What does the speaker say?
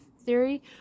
Theory